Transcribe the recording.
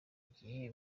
gihe